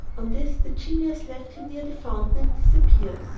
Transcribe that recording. on this the genius left him near the fountain and disappeared.